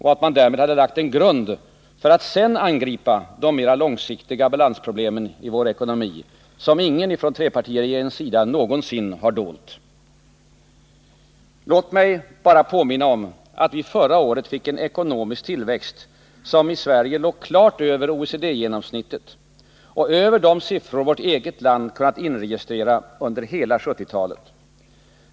Man hade därmed lagt en grund för att sedan angripa de mera långsiktiga balansproblemen i vår ekonomi, som ingen från trepartiregeringens sida någonsin har dolt. Låt mig sedan bara påminna om att vi förra året fick en ekonomisk tillväxt i vår ekonomi som låg klart över OECD-genomsnittet och över de siffror vårt eget land kunnat inregistrera under hela 1970-talet.